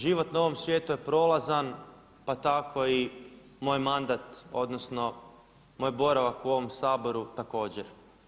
Život na ovom svijetu je prolazan pa tako i moj mandat, odnosno moj boravak u ovom Saboru također.